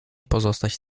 pozostać